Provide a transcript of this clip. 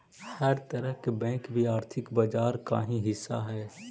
हर तरह के बैंक भी आर्थिक बाजार का ही हिस्सा हइ